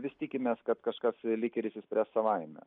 vis tikimės kad kažkas lyg ir išsispręs savaime